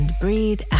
breathe